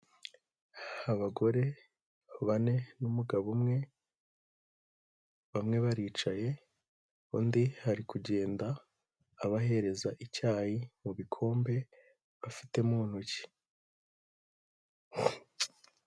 Abagore bane n'umugabo umwe, bamwe baricaye, undi ari kugenda abahereza icyayi mu bikombe afite mu ntoki.